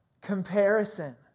Comparison